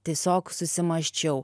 tiesiog susimąsčiau